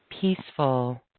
peaceful